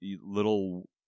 Little